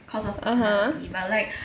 (uh huh)